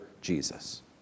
Jesus